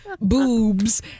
boobs